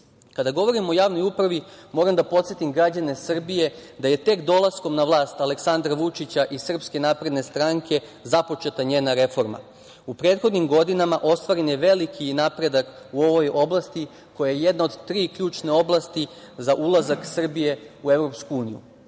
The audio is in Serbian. govorimo o javnoj upravi, moram da podsetim građane Srbije da je tek dolaskom na vlast Aleksandra Vučića i SNS započeta njena reforma. U prethodnim godinama ostvaren je veliki napredak u ovoj oblasti koja je jedna od tri ključne oblasti za ulazak Srbije u EU.Da to nisu